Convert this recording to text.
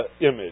image